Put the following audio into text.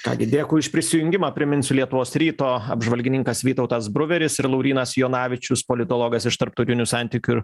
ką gi dėkui už prisijungimą priminsiu lietuvos ryto apžvalgininkas vytautas bruveris ir laurynas jonavičius politologas iš tarptautinių santykių ir